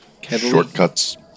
Shortcuts